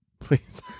please